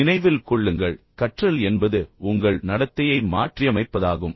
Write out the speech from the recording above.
நினைவில் கொள்ளுங்கள் கற்றல் என்பது உங்கள் நடத்தையை மாற்றியமைப்பதாகும்